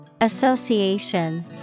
Association